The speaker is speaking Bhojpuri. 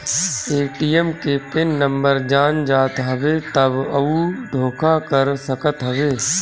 ए.टी.एम के पिन नंबर जान जात हवे तब उ धोखा कर सकत हवे